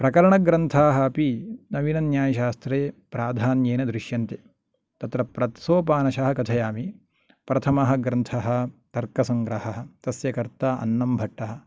प्रकरणगन्थाः अपि नवीनन्यायशास्त्रे प्राधान्येन दृश्यन्ते तत्र प्रत्सोपानशः कथयामि प्रथमः ग्रन्थः तर्कसङ्ग्रहः तस्य कर्ता अन्नम्भट्टः